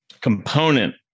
component